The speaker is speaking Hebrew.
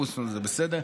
בוסו, זה בסדר?